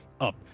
up